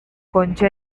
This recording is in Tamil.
கொஞ்ச